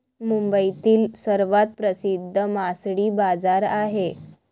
मुंबईतील सर्वात प्रसिद्ध मासळी बाजार आहे